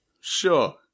Sure